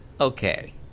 Okay